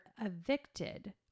evicted